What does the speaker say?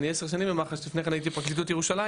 אני עשר שנים במח"ש" ולפני כן הייתי בפרקליטות ירושלים.